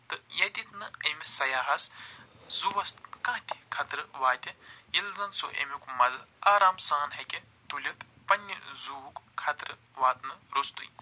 تہٕ ییٚتِت نہٕ أمِس سیاہس زووس کانٛہہ تہِ خطرٕ واتہِ ییٚلہِ زن سُہ امیُک مَزٕ آرام سان ہیٚکہِ تُلِتھ پنٛنہِ زوٗوُک خطرٕ واتہٕ رُستٕے